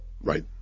Right